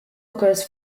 occurs